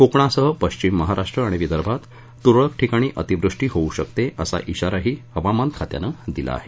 कोकणासह पश्चिम महाराष्ट्र आणि विदर्भात तुरळक ठिकाणी अतिवृष्टीच होऊ शकते असा श्वाराही हवामान खात्यानं दिला आहे